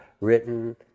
written